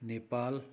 Nepal